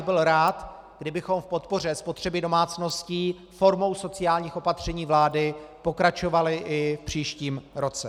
Byl bych rád, kdybychom v podpoře spotřeby domácností formou sociálních opatření vlády pokračovali i v příštím roce.